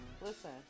Listen